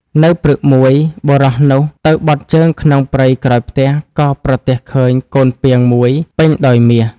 នៅព្រឹកមួយ បុរសនោះទៅបត់ជើងក្នុងព្រៃក្រោយផ្ទះ ក៏ប្រទះឃើញកូនពាងមួយពេញដោយមាស។